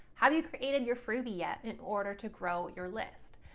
have you created your freebie yet in order to grow your list?